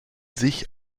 sich